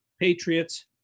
Patriots